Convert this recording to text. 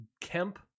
Kemp